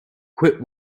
quit